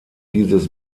dieses